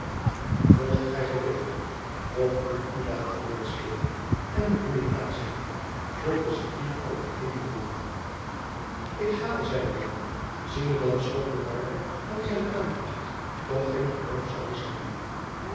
volgt gij gewillig of moet ik u laten voortslepen en de boeien aanzetten vroeg de cipier altijd even koel ik ga al zeide joan ziende dat de stokjacob van lennep de pleegzoon bewaarder aan zijne aanklacht toch geen geloof zoude slaan